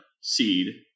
seed